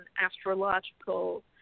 astrological